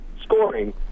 scoring